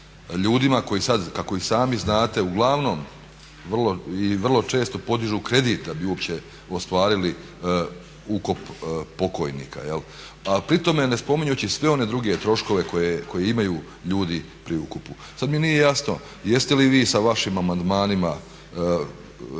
ljudima koji sad kako i sami znate uglavnom vrlo često podižu kredit da bi uopće ostvarili ukop pokojnika, a pri tome ne spominjući sve one druge troškove koje imaju ljudi pri ukopu. Sad mi nije jasno jeste li vi sa vašim amandmanima